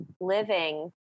living